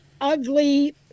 ugly